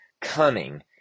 cunning